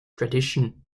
tradition